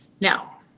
Now